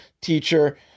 teacher